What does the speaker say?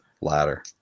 ladder